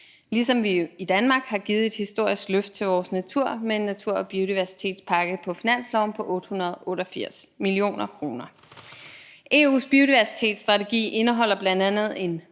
ligesom vi i Danmark har givet et historisk løft til vores natur med en natur- og biodiversitetspakke på finansloven på 888 mio. kr. EU's biodiversitetsstrategi indeholder bl.a. en